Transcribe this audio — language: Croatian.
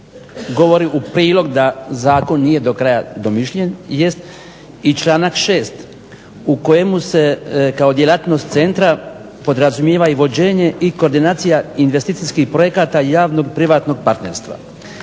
govori u prilog da zakon nije do kraja domišljen jest i članak 6. u kojemu se kao djelatnost centra podrazumijeva i vođenje i koordinacija investicijskih projekata javnog privatnog partnerstva.